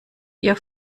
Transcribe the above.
ihr